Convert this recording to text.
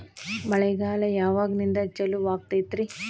ಮಳೆಗಾಲ ಯಾವಾಗಿನಿಂದ ಚಾಲುವಾಗತೈತರಿ?